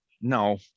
No